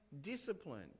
discipline